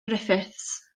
griffiths